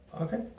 okay